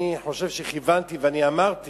אני חושב שכיוונתי, ואני אמרתי